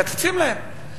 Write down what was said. מקצצים להם,